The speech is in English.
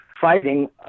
fighting